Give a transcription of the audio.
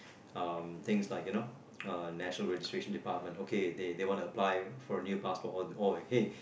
um things like you know uh national registration department okay they they want to apply for new a passport and all hey